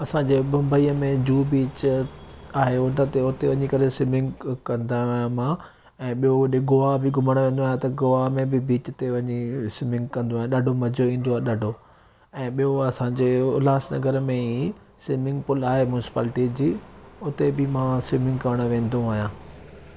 असांजे बम्बई में जुहू बीच आहियो त उते वञी करे स्विमिंग कंदो आहियां मां ऐं ॿियो गोआ बि घुमणु वेंदो आहियां त गोआ में बि बीच ते वञी स्विमिंग कंदो आहियां ॾाढो मज़ो इंदो आहे ॾाढो ऐं ॿियो असांजे उल्हासनगर में ई स्विमिंग पूल आहे मूल्सपार्टी जी हुते बि मां स्विमिंग करणु वेंदो आहियां